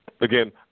again